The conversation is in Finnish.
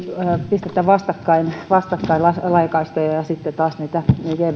pistetä vastakkain vastakkain laajakaistoja ja ja sitten taas näitä